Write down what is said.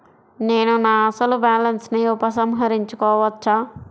నేను నా అసలు బాలన్స్ ని ఉపసంహరించుకోవచ్చా?